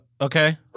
okay